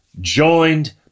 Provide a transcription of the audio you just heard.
joined